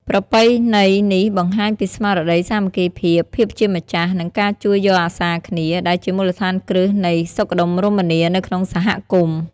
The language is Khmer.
ប្រពៃណីនេះបង្ហាញពីស្មារតីសាមគ្គីភាព ភាពជាម្ចាស់ និងការជួយយកអាសារគ្នា ដែលជាមូលដ្ឋានគ្រឹះនៃសុខដុមរមនានៅក្នុងសហគមន៍។